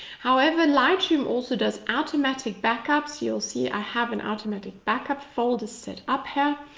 however, lightroom also does automatic back-ups. you'll see i have an automatic back-up folder set up here.